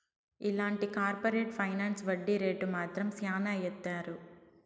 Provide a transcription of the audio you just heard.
ఇలాంటి corporate finance వడ్డీ రేటు మాత్రం శ్యానా ఏత్తారు